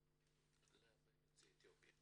לגבי יוצאי אתיופיה